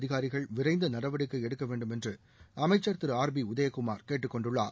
அதிகாரிகள் விரைந்து நடவடிக்கை எடுக்க வேண்டும் என்று அமைச்ச் திரு ஆர் பி உதயகுமார் கேட்டுக்கொண்டுள்ளார்